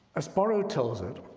as borrow tells it,